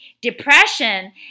depression